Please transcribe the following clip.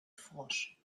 frosch